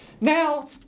Now